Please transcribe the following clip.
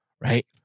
right